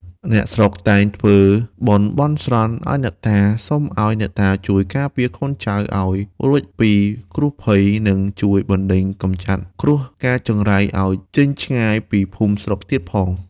អ្នកស្រុកតែងធ្វើបុណ្យបន់ស្រន់ឱ្យអ្នកតា សុំឱ្យអ្នកតាជួយការពារកូនចៅឱ្យរួចពីគ្រោះភ័យ និងជួយបណ្ដេញកំចាត់គ្រោះកាចចង្រៃឱ្យចេញឆ្ងាយពីភូមិស្រុកទៀតផង។